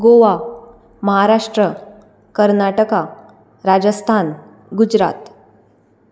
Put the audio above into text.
Goa Maharashtra Karnataka Rajasthan Gujarat